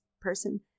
person